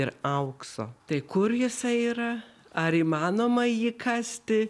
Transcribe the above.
ir aukso tai kur jisai yra ar įmanoma jį kasti